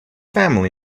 family